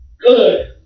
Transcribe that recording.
Good